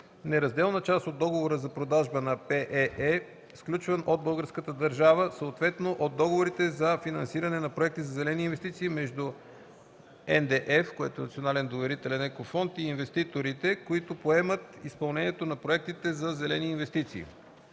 неразделна част от договора за продажба на ПЕЕ, сключван от българската държава, съответно от договорите за финансиране на проекти за зелени инвестиции между НДЕФ и инвеститорите, които поемат изпълнението на проектите за зелени инвестиции.